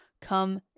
come